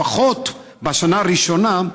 לפחות בשנה הראשונה,